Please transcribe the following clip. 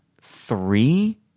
three